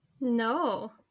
No